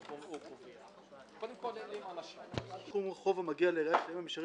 עכשיו אתם עומדים להחליט שתהיה עליו ועדה או שתהיה עליו מליאה.